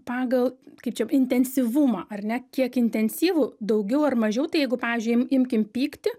pagal kaip čia intensyvumą ar ne kiek intensyvu daugiau ar mažiau tai jeigu pavyzdžiui im imkim pyktį